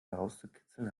herauszukitzeln